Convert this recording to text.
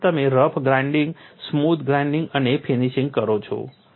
પછી તમે rough grinding smooth grinding અને ફિનિશિંગ કરો છો